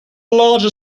larger